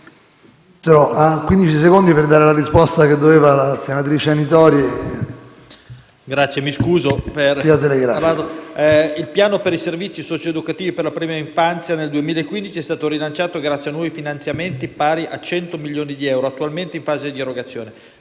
Il piano per i servizi socio-educativi per la prima infanzia, nel 2015, è stato rilanciato grazie a nuovi finanziamenti, pari a 100 milioni di euro, attualmente in fase di erogazione.